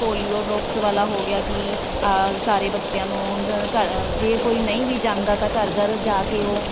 polio drops ਵਾਲਾ ਹੋ ਗਿਆ ਕਿ ਆਹ ਸਾਰੇ ਬੱਚਿਆਂ ਨੂੰ ਘਰ ਜੇ ਕੋਈ ਨਹੀਂ ਵੀ ਜਾਂਦਾ ਤਾਂ ਘਰ ਘਰ ਜਾ ਕੇ ਉਹ